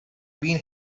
been